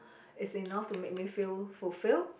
it's enough to make me feel fulfilled